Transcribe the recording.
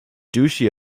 duchy